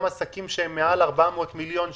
עסקים שהם מעל 400 מיליון שקלים,